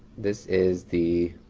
this is the